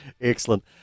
Excellent